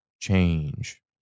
change